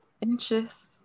Inches